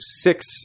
six